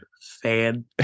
fan